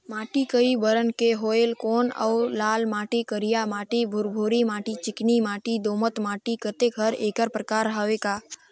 माटी कये बरन के होयल कौन अउ लाल माटी, करिया माटी, भुरभुरी माटी, चिकनी माटी, दोमट माटी, अतेक हर एकर प्रकार हवे का?